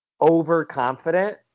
overconfident